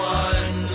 one